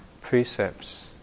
precepts